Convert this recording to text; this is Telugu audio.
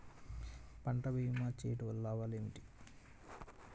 పంట భీమా చేయుటవల్ల లాభాలు ఏమిటి?